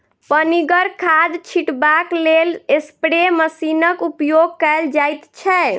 पनिगर खाद छीटबाक लेल स्प्रे मशीनक उपयोग कयल जाइत छै